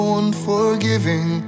unforgiving